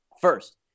First